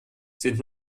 sind